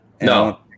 no